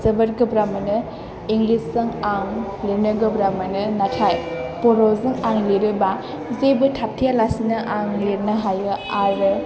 जोबोर गोब्राब मोनो इंग्लिस जों आं लिरनो गोब्राब मोनो नाथाय बर'जों आं लिरोबा जेबो थाबथाया लासिनो आं लिरनो हायो आरो